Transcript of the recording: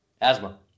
Asthma